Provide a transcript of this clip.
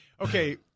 Okay